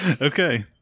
Okay